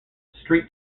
street